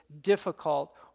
difficult